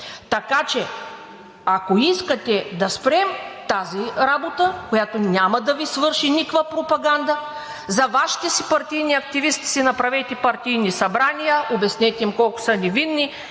комисии. Ако искате, да спрем тази работа, която няма да Ви свърши никаква пропаганда. За Вашите партийни активисти си направете партийни събрания, обяснете им колко са невинни